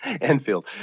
Enfield